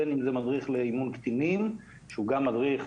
בין אם זה מדריך לאימון קטינים שהוא גם מדריך